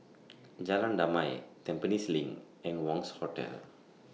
Jalan Damai Tampines LINK and Wangz Hotel